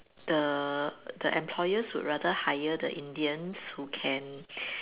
the the employers would rather hire the Indians who can